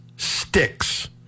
sticks